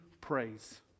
praise